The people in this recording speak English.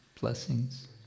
blessings